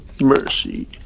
mercy